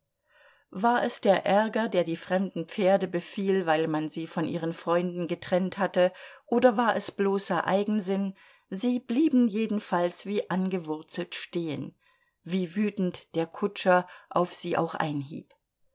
war es der ärger der die fremden pferde befiel weil man sie von ihren freunden getrennt hatte oder war es bloßer eigensinn sie blieben jedenfalls wie angewurzelt stehen wie wütend der kutscher auf sie auch einhieb